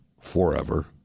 forever